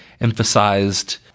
emphasized